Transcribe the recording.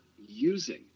using